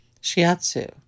shiatsu